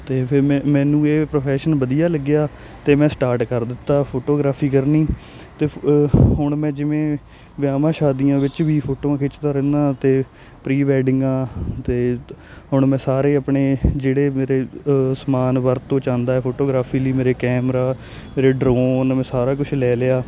ਅਤੇ ਫਿਰ ਮੈਂ ਮੈਨੂੰ ਇਹ ਪ੍ਰੋਫੈਸ਼ਨ ਵਧੀਆ ਲੱਗਿਆ ਅਤੇ ਮੈਂ ਸਟਾਰਟ ਕਰ ਦਿੱਤਾ ਫੋਟੋਗ੍ਰਾਫੀ ਕਰਨੀ ਅਤੇ ਹੁਣ ਮੈਂ ਜਿਵੇਂ ਅਤੇ ਹੁਣ ਮੈਂ ਜਿਵੇਂ ਵਿਆਹਾਂ ਸ਼ਾਦੀਆਂ ਵਿੱਚ ਵੀ ਫੋਟੋਆਂ ਖਿੱਚਦਾ ਰਹਿੰਦਾ ਅਤੇ ਪ੍ਰੀ ਵੈਡਿੰਗਾਂ ਅਤੇ ਹੁਣ ਮੈਂ ਸਾਰੇ ਆਪਣੇ ਜਿਹੜੇ ਮੇਰੇ ਸਮਾਨ ਵਰਤੋਂ 'ਚ ਆਂਉਦਾ ਫੋਟੋਗ੍ਰਾਫੀ ਲਈ ਮੇਰਾ ਕੈਮਰਾ ਮੇਰੇ ਡਰੋਨ ਮੈਂ ਸਾਰਾ ਕੁਛ ਲੈ ਲਿਆ